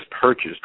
purchased